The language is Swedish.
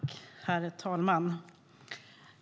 Herr talman!